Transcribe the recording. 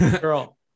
Girl